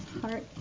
Heart